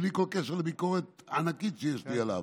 בלי כל קשר לביקורת ענקית שיש לי עליו,